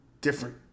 different